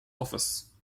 office